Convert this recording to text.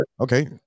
okay